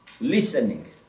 listening